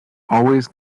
always